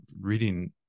reading